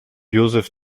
josef